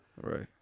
Right